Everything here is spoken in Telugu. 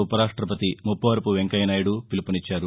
ఉపరాష్టపతి ముప్పవరపు వెంకయ్యనాయుడు పిలుపునిచ్చారు